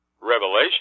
Revelation